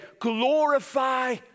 glorify